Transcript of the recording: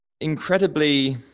incredibly